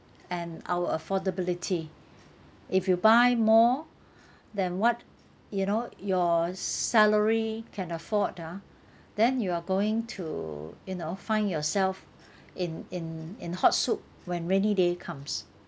and our affordability if you buy more than what you know your salary can afford ah then you are going to you know find yourself in in in hot soup when rainy day comes